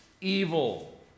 Evil